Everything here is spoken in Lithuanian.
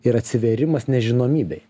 ir atsivėrimas nežinomybei